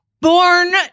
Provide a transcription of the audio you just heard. born